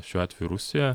šiuo atveju rusija